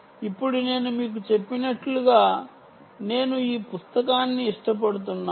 ఇప్పుడు నేను మీకు చెప్పినట్లుగా నేను ఈ పుస్తకాన్ని ఇష్టపడుతున్నాను